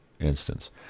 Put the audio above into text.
instance